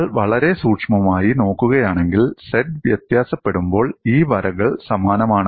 നിങ്ങൾ വളരെ സൂക്ഷ്മമായി നോക്കുകയാണെങ്കിൽ z വ്യത്യാസപ്പെടുമ്പോൾ ഈ വരകൾ സമാനമാണ്